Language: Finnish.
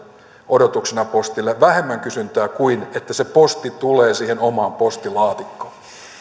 odotuksena postille vähemmän kysyntää kuin sille että se posti tulee siihen omaan postilaatikkoon